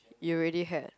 you already had